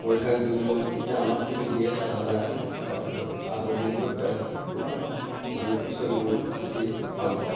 মৈ খান জুৰি ল'ব তেতিয়া আমাক তুলি দিয়ে লাহে লাহে আগৰ দিশে দেউতা থাকে বা আমি পিছত মৈত উঠি ভাল পাওঁ